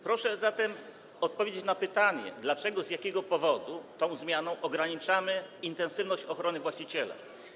Proszę zatem odpowiedzieć na pytanie: Dlaczego, z jakiego powodu tą zmianą ograniczamy intensywność ochrony właściciela?